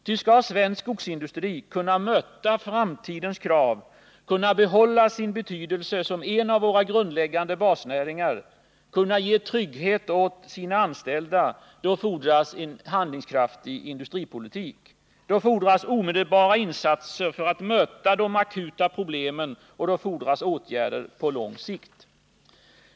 Ty skall svensk skogsindustri kunna möta framtidens krav, kunna behålla sin betydelse som en av våra grundläggande basnäringar, kunna ge trygghet åt sina anställda — då fordras en handlingskraftig industripolitik. Då fordras omedelbara insatser för att möta de akuta problemen, och då fordras åtgärder på lång sikt.